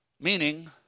meaning